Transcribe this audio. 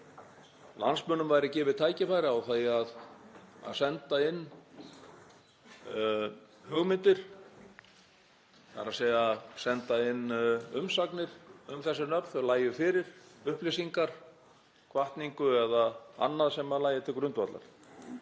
landsmönnum væri gefið tækifæri á því að senda inn hugmyndir, þ.e. að senda inn umsagnir um þessi nöfn, sem lægju þá fyrir, upplýsingar, hvatningu eða annað sem lægi til grundvallar.